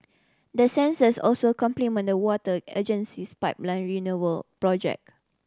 the sensors also complement the water agency's pipeline renewal project